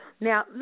Now